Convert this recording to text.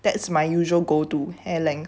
that's my usual go do hair length